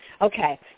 okay